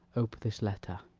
ope this letter.